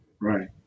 Right